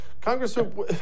Congressman